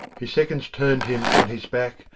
his seconds turned him on his back,